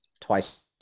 twice